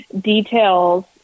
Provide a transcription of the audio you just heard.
details